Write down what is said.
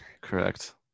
correct